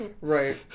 Right